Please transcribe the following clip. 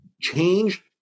change